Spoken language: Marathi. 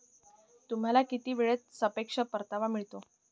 तुम्हाला किती वेळेत सापेक्ष परतावा मिळतो?